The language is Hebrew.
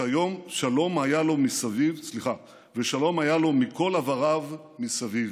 "ושלום היה לו מכל עבריו מסביב",